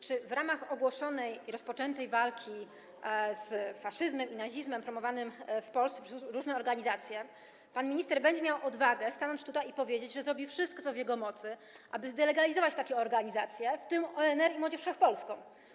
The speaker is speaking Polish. Czy w ramach ogłoszonej i rozpoczętej walki z faszyzmem i nazizmem promowanymi w Polsce przez różne organizacje pan minister będzie miał odwagę stanąć tutaj i powiedzieć, że zrobi wszystko, co w jego mocy, aby zdelegalizować takie organizacje, w tym ONR i Młodzież Wszechpolską?